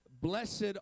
Blessed